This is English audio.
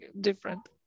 different